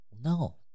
No